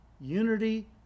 unity